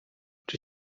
czy